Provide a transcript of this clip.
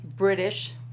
British